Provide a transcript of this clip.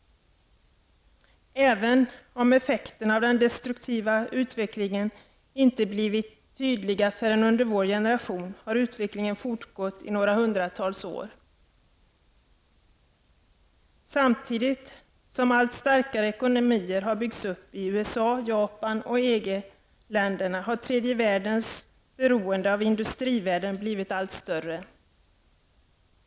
Även om effekterna av den destruktiva utvecklingen inte blivit tydliga förrän under vår generation, har utvecklingen fortgått i några hundratal år. Samtidigt som allt starkare ekonomier har byggts upp i USA, Japan och EG-länderna, har tredje världens beroende av industrivärlden blivit allt större.